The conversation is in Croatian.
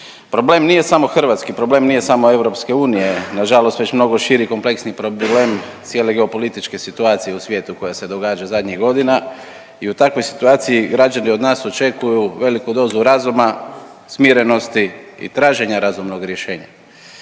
problem nije samo hrvatski, problem nije samo EU, nažalost već mnogo širi kompleksni problem cijele geopolitičke situacije u svijetu koja se događa zadnjih godina i u takvoj situaciji građani od nas očekuju veliku dozu razuma, smirenosti i traženja razumnog rješenja.